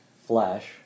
Flash